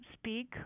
speak